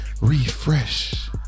refresh